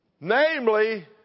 Namely